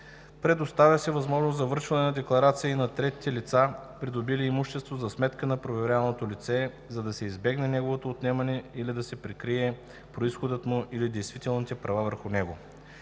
Предоставя се възможност за връчване на декларация и на третите лица, придобили имущество за сметка на проверявано лице, за да се избегне неговото отнемане или да се прикрие произходът му или действителните права върху него.